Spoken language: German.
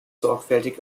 sorgfältig